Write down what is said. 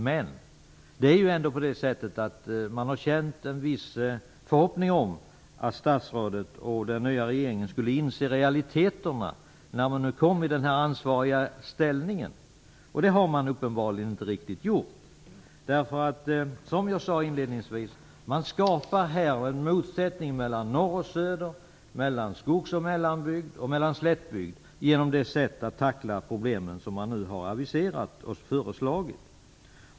Men vi har ändå känt en viss förhoppning om att statsrådet och den nya regeringen skulle inse realiteterna när man nu kom i denna ansvariga ställning. Det har man uppenbarligen inte riktigt gjort. Som jag sade inledningsvis skapar man en motsättning mellan norr och söder och mellan skogs-, mellan och slättbygd genom det sätt att tackla problemen som man nu har aviserat och föreslagit.